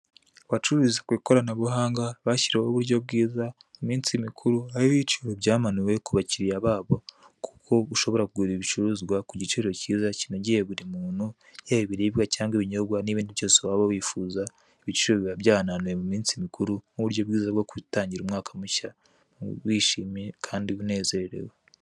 Abacururiza ku ikoranabuhanga bashyiriweho uburyo bwiza iminsi mikuru aho ibiciro byamanuwe ku bakiriya babo, kuko ushobora kugura ibicuruzwa ku giciro kinogeye buri muntu yaba ibiribwa cyangwa ibinyobwa n'ibindi byose waba wifuza ibiciro biba byahananuwe mu minsi mikuru nk'uburyo bwiza bwo gutangira umwaka mushya wishimiye kandi unezerewe.